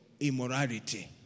Immorality